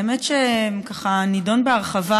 האמת שהוא ככה נדון בהרחבה